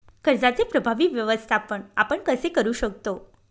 कर्जाचे प्रभावी व्यवस्थापन आपण कसे करु शकतो?